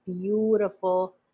beautiful